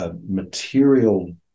material